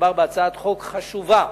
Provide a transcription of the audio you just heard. מדובר בהצעת חוק חשובה,